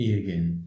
again